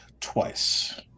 twice